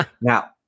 Now